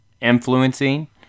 influencing